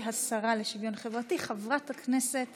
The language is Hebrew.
חברת הכנסת